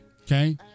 okay